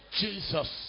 Jesus